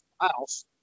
house